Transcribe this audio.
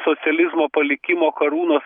socializmo palikimo karūnos